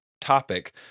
topic